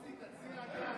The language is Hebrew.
מוסי, תציע גם,